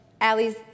Allie's